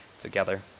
together